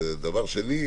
ודבר שני,